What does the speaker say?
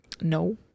no